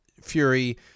Fury